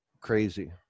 crazy